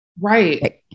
Right